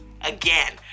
again